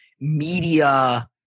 media